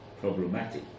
problematic